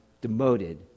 demoted